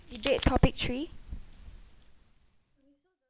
debate topic three